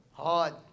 hard